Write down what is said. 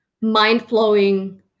mind-blowing